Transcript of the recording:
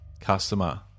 customer